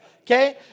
Okay